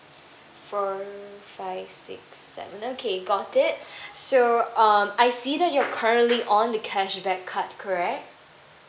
four five six seven okay got it so uh I see that you're currently on the cashback card correct